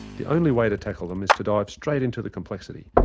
the only way to tackle them is to dive straight into the complexity,